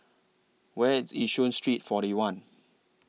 Where IS Yishun Street forty one